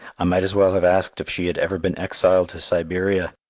i might as well have asked if she had ever been exiled to siberia!